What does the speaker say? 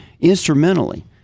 instrumentally